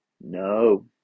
No